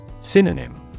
Synonym